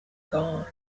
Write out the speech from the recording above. gone